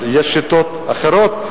אז יש שיטות אחרות.